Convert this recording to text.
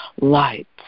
lights